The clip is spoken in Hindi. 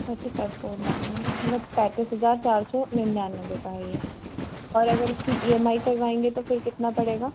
थर्टी फ़ाइव फ़ोर नाइन हम मतलब पैंतीस हज़ार चार सौ निनिन्यानवे का है ये और अगर इसकी ई एम आई करवाएँगे तो ये कितना पड़ेगा